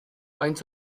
faint